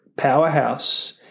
powerhouse